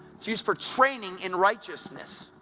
it's used for training in righteousness.